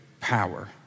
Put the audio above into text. power